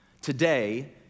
Today